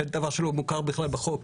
דבר שלא מוכר בכלל בחוק.